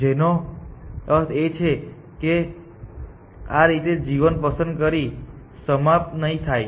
જેનો અર્થ એ છે કે તે આ રીતે g 1 પસંદ કરીને સમાપ્ત નહીં થાય